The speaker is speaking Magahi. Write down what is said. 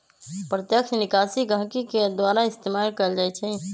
प्रत्यक्ष निकासी गहकी के द्वारा इस्तेमाल कएल जाई छई